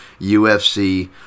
UFC